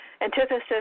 antithesis